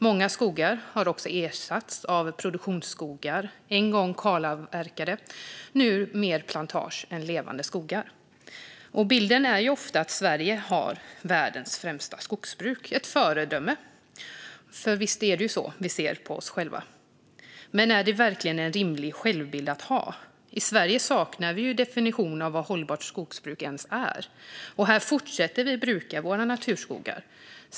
Många skogar har också ersatts av produktionsskogar, en gång kalavverkade och nu mer plantager än levande skogar. Bilden är ofta att Sverige har världens främsta skogsbruk. Ett föredöme - visst är det så vi ser på oss själva? Men är det verkligen en rimlig självbild? I Sverige har vi inte ens en definition av vad hållbart skogsbruk är, och vi fortsätter bruka våra naturskogar.